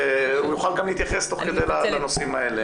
והוא יוכל להתייחס תוך כדי לנושאים האלה.